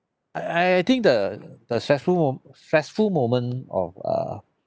I I think the the stressful mo~ stressful moment of uh